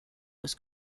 was